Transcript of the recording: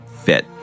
Fit